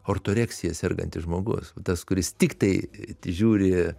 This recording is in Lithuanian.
ortoreksija sergantis žmogus va tas kuris tiktai žiūri